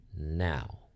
now